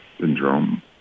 syndrome